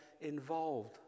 involved